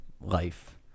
life